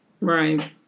Right